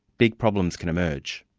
big problems can emerge.